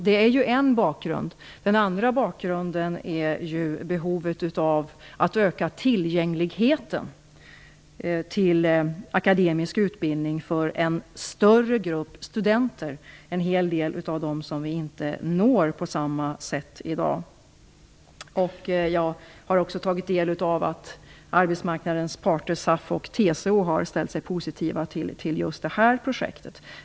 Detta var en bakgrund. Den andra bakgrunden är ju behovet av att öka tillgängligheten till akademisk utbildning för en större grupp studenter, dvs. en hel del av dem vi inte når i dag. Jag har också tagit del av att arbetsmarknadens parter SAF och TCO har ställt sig positiva till just detta projekt.